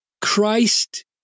Christ